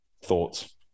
thoughts